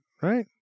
Right